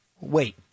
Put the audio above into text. wait